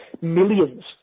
Millions